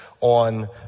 on